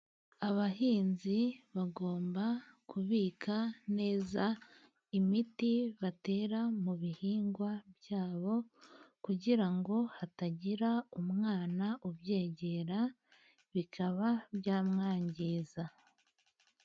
Abahinzi bagomba kubika neza imiti batera mu bihingwa byabo, kugira ngo hatagira umwana ubyegera bikaba bya mwangiza.